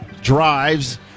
Drives